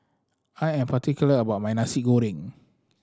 I am particular about my Nasi Goreng